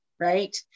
right